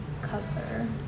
cover